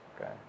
okay